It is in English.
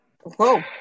Whoa